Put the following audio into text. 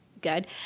good